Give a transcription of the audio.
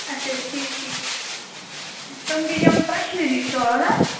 اَچھا ٹھیٖک ٹھیٖک تِم گٔے یِم پَشمیٖنٕکۍ شال ہا